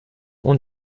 und